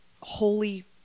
holy